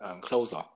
Closer